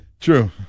True